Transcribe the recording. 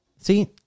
See